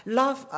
love